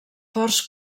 forts